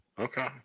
Okay